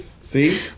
See